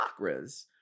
chakras